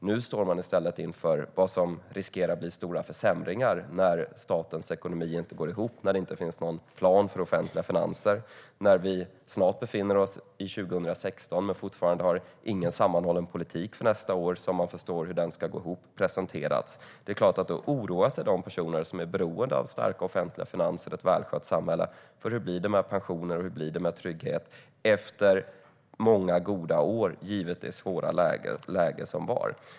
Nu står de i stället inför vad som riskerar att bli stora försämringar när statens ekonomi inte går ihop och det inte finns någon plan för offentliga finanser. Det är snart 2016, men fortfarande har ingen sammanhållen politik som man förstår hur den ska gå ihop presenterats för nästa år. Då oroar sig såklart de personer som är beroende av starka offentliga finanser och ett välskött samhälle för hur det blir med pensioner och trygghet efter många goda år, givet det svåra läge som var.